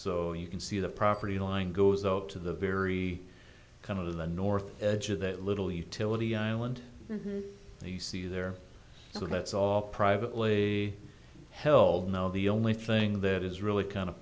so you can see the property line goes up to the very kind of the north edge of that little utility island and you see there so that's all privately held now the only thing that is really kind of